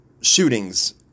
shootings